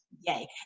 yay